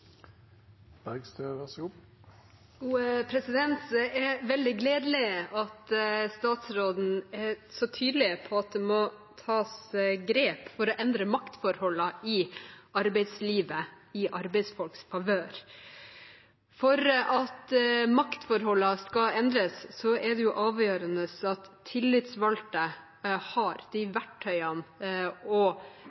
veldig gledelig at statsråden er så tydelig på at det må tas grep for å endre maktforholdene i arbeidslivet i arbeidsfolks favør. For at maktforholdene skal endres, er det avgjørende at tillitsvalgte har